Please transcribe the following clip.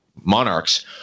monarchs